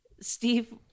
Steve